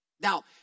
Now